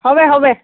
হবে হবে